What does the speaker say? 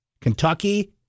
Kentucky